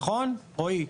נכון, רואי?